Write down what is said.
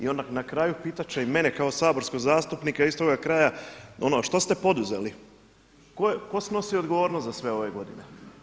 I onda na kraju pitat će i mene kao saborskog zastupnika iz toga kraja, ono a što ste poduzeli, tko snosi odgovornost za sve ove godine?